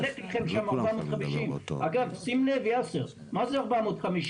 נחלק לכם שם 450. אגב שים לב יאסר, מה זה 450?